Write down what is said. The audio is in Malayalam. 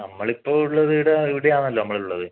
നമ്മളിപ്പോൾ ഉള്ളത് ഇവിടെ ഇവിടെയാണല്ലോ നമ്മളുള്ളത്